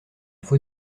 faut